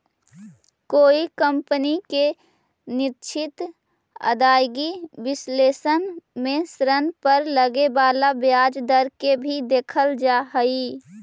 कोई कंपनी के निश्चित आदाएगी विश्लेषण में ऋण पर लगे वाला ब्याज दर के भी देखल जा हई